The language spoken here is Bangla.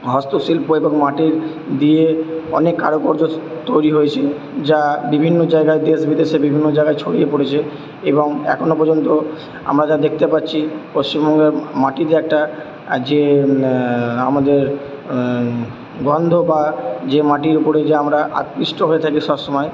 হস্তশিল্প এবং মাটির দিয়ে অনেক কারুকর্য তৈরি হয়েছে যা বিভিন্ন জায়গায় দেশ বিদেশে বিভিন্ন জায়গায় ছড়িয়ে পড়েছে এবং এখনো পর্যন্ত আমরা যা দেখতে পাচ্ছি পশ্চিমবঙ্গের মাটিতে একটা যে আমাদের গন্ধ বা যে মাটির ওপরে যে আমরা আকৃষ্ট হয়ে থাকি সব সময়